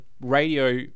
radio